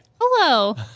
Hello